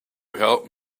help